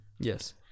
Yes